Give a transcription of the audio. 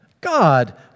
God